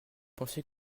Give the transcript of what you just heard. pensez